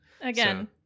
Again